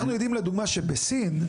אנחנו יודעים לדוגמא שבסין,